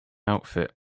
outfit